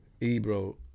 Ebro